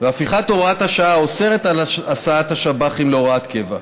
והפיכת הוראת השעה האוסרת הסעת השב"חים להוראת קבע.